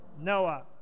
Noah